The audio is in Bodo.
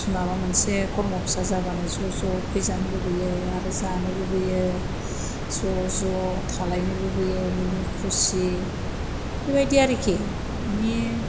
माबा मोनसे खरम' फिसा जाबानो ज' ज' फैजानो लुबैयो आरो जानो लुबैयो ज' ज' थालायनो लुबैयो मिनि खुसि बेबायदि आरोखि माने